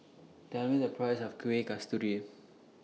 Tell Me The Price of Kueh Kasturi